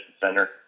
Center